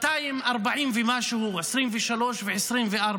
240 ומשהו, 2023 ו-2024.